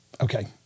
okay